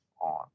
on